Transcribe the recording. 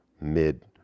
mid